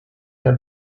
der